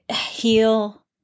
heal